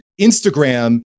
Instagram